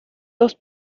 dos